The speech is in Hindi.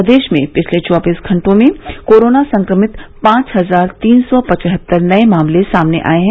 प्रदेश में पिछले चौबीस घंटे में कोरोना संक्रमित पांच हजार तीन सौ पचहत्तर नये मामले सामने आये हैं